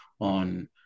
on